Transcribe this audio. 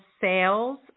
sales